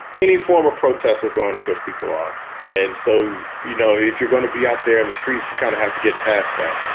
any form of protest is going to piss people off. and so, you know, if you're going to be out there in the streets, you kind of have to get past that,